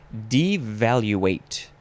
Devaluate